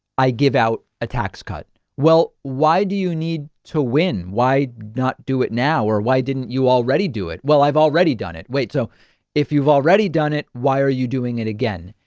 i give out a tax cut. well, why do you need to win? why not do it now? or why didn't you already do it? well, i've already done it. wait, so if you've already done it, why are you doing it again?